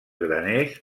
graners